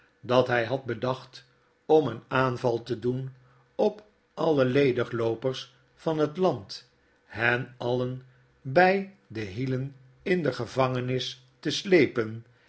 dat hy had bedacht om een aanval te doen op alle ledigloopers van het land hen alien by de hielen in de gevangenis te sleepen